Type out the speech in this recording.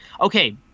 okay